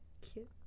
Cute